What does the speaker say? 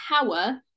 power